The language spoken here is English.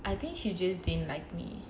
I think she just didn't like me